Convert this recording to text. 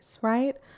Right